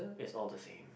is all the same